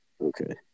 Okay